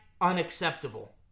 unacceptable